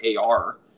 AR